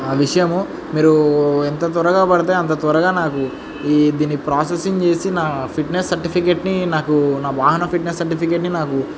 ఆ విషయము మీరు ఎంత త్వరగా పడతాయి అంత త్వరగా నాకు ఈ దీని ప్రాసెసింగ్ చేసి నా ఫిట్నెస్ సర్టిఫికెట్ని నాకు నా వాహన ఫిట్నెస్ సర్టిఫికెట్ని నాకు